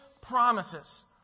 promises